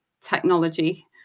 technology